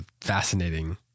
fascinating